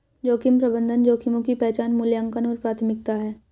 जोखिम प्रबंधन जोखिमों की पहचान मूल्यांकन और प्राथमिकता है